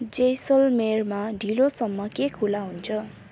जैसलमेरमा ढिलोसम्म के खुला हुन्छ